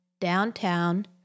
downtown